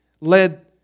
led